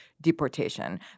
deportation